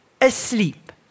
asleep